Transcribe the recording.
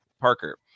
Parker